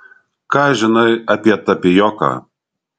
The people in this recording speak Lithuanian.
ką žinai apie tapijoką